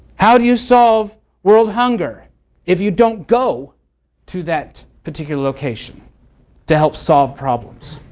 how do you solve world hunger if you don't go to that particular location to help solve problems?